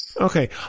Okay